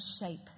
shape